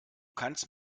kannst